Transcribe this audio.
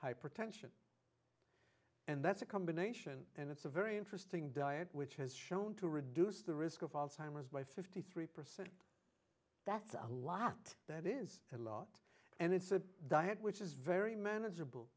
hypertension and that's a combination and it's a very interesting diet which has shown to reduce the risk of alzheimer's by fifty three percent that's a lot that is a lot and it's a diet which is very manageable